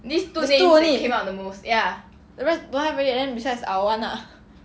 these two only the rest don't have already then besides our [one] lah that [one] more lah then that's it lah